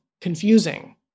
confusing